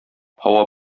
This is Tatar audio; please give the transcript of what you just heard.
һава